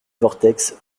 vortex